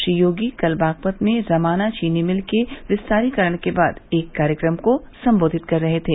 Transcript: श्री योगी कल बागपत में रमाना चीनी मिल के विस्तारीकरण के बाद एक कार्यक्रम को संबोधित कर रहे थे